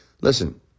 Listen